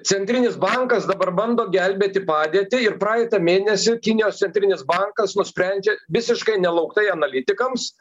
centrinis bankas dabar bando gelbėti padėtį ir praeitą mėnesį kinijos centrinis bankas nusprendžia visiškai nelauktai analitikams